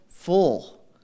full